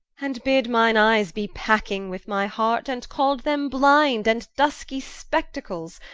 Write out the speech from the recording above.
and bid mine eyes be packing with my heart, and call'd them blinde and duskie spectacles,